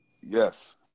Yes